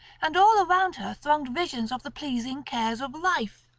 and all around her thronged visions of the pleasing cares of life.